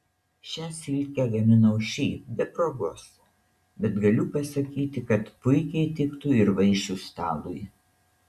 šią silkę gaminau šiaip be progos bet galiu pasakyti kad puikiai tiktų ir vaišių stalui